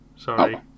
Sorry